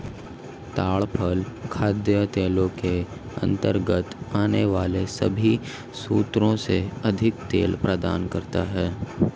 ताड़ फल खाद्य तेलों के अंतर्गत आने वाले सभी स्रोतों से अधिक तेल प्रदान करता है